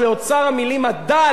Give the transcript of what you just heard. שחזרו עליו ארבע שנים: